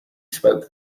spoke